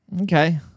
Okay